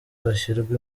hashyirwa